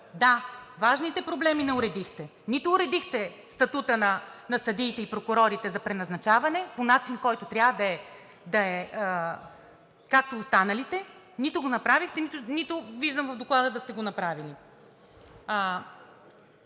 Да, важните проблеми не уредихте – нито уредихте статута на съдиите и прокурорите за преназначаване по начин, който трябва да е както останалите, нито го направихте, нито виждам в Доклада да сте го направили.